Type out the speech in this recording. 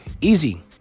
Easy